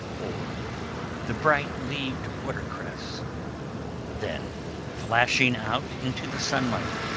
or the bright-leaved water cress then flashing out into the sunlight,